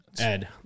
Ed